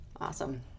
Awesome